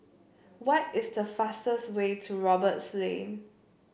what is the fastest way to Roberts Lane